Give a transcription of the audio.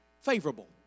favorable